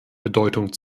bedeutung